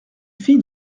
fille